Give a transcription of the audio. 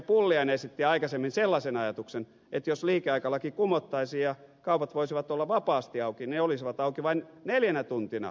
pulliainen esitti aikaisemmin sellaisen ajatuksen että jos liikeaikalaki kumottaisiin ja kaupat voisivat olla vapaasti auki ne olisivat auki vain neljänä tuntina vuorokaudessa